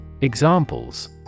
Examples